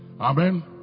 Amen